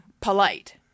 polite